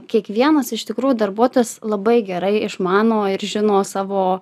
kiekvienas iš tikrųjų darbuotojas labai gerai išmano ir žino savo